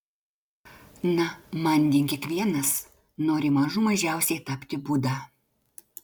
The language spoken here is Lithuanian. na manding kiekvienas nori mažų mažiausiai tapti buda